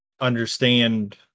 understand